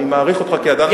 ואני מעריך אותך כאדם נאור,